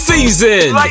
Season